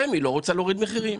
רמ"י לא רוצה להוריד מחירים.